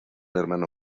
hermano